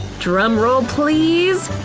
drum roll, please!